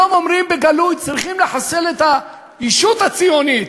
היום אומרים בגלוי "צריכים לחסל את הישות הציונית".